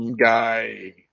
guy